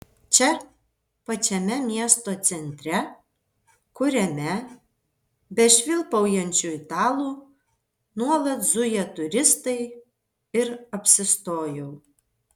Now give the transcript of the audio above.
čia pačiame miesto centre kuriame be švilpaujančių italų nuolat zuja turistai ir apsistojau